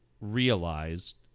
realized